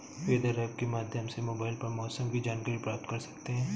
weather app के माध्यम से मोबाइल पर मौसम की जानकारी प्राप्त कर सकते हैं